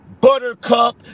Buttercup